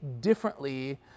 differently